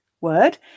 word